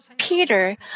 Peter